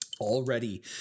Already